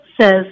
Says